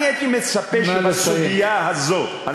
הייתי מצפה שבסוגיה הזאת, נא לסיים.